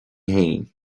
féin